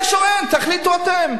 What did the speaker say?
יש או אין, תחליטו אתם.